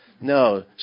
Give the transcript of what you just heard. No